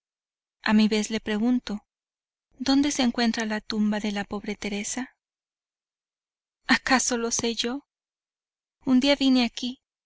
a mi vez le pregunto dónde se encuentra la tumba de la pobre teresa acaso lo sé yo un día vine aquí